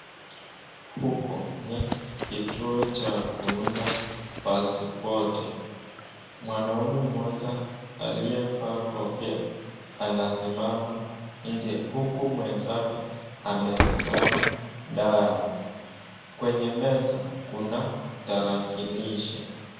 Huku ni kituo cha kuunda pasipoti, mwanaume mmoja aliyevaa kofia anasimama nje huku mwenzake amesimama ndani. Kwenye meza kuna tarakilishi.